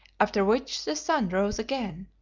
after which the sun rose again.